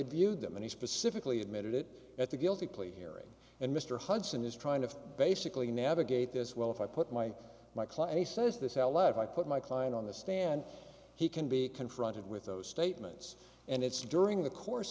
viewed them and he specifically admitted it at the guilty plea hearing and mr hudson is trying to basically navigate this well if i put my my client he says this l f i put my client on the stand he can be confronted with those statements and it's during the course